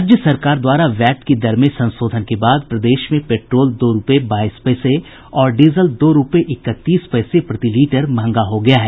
राज्य सरकार द्वारा वैट की दर में संशोधन के बाद प्रदेश में पेट्रोल दो रूपये बाईस पैसे और डीजल दो रूपये इकतीस पैसे प्रति लीटर महंगा हो गया है